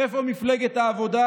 איפה מפלגת העבודה?